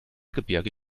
gebirge